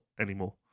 anymore